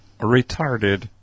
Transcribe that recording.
Retarded